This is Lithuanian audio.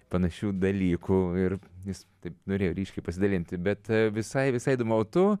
panašių dalykų ir jis taip norėjo ryškiai pasidalint bet visai visai įdomu o tu